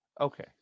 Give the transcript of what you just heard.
Okay